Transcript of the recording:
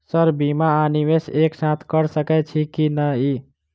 Sir बीमा आ निवेश एक साथ करऽ सकै छी की न ई?